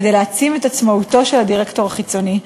כדי להעצים את עצמאותו של הדירקטור החיצוני,